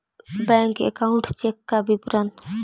Bank account check का विवरण?